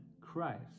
Christ